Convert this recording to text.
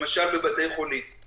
למשל בבתי חולים.